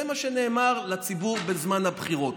זה מה שנאמר לציבור בזמן הבחירות.